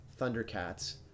Thundercats